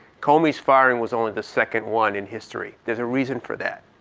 comey's firing was only the second one in history. there's a reason for that.